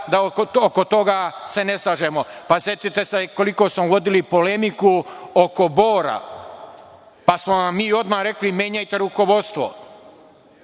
se oko toga ne slažemo? Setite se koliko smo vodili polemiku oko „Bora“, pa smo vam mi odmah rekli – menjajte rukovodstvo,